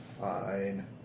Fine